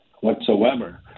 whatsoever